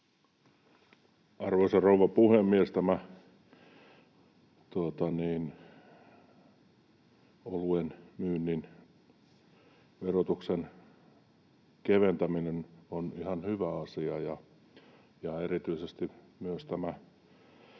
Arvoisa rouva puhemies! Tämä oluen myynnin verotuksen keventäminen on ihan hyvä asia,